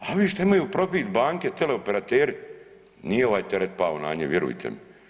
A ovi što imaju profit banke, teleoperateri nije ovaj teret pao na njih vjerujte mi.